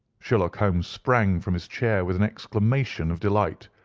sherlock holmes sprang from his chair with an exclamation of delight.